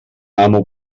amo